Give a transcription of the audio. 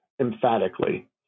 emphatically